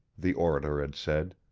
the orator had said.